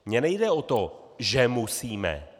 Mně nejde o to, že musíme.